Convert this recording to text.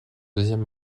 deuxième